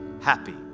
happy